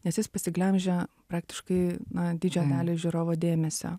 nes jis pasiglemžia praktiškai na didžiąją dalį žiūrovo dėmesio